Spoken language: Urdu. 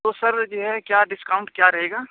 تو سر جو ہے کیا ڈسکاؤنٹ کیا رہے گا